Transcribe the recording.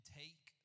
take